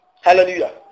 Hallelujah